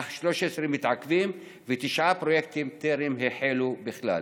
אך 13 מתעכבים ותשעה פרויקטים טרם החלו בכלל.